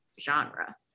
genre